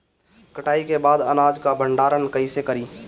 कटाई के बाद अनाज का भंडारण कईसे करीं?